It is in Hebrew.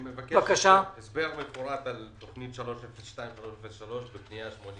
אני מבקש הסבר מפורט על תוכנית 206302 ו-206303 בפנייה מספר